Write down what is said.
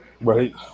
Right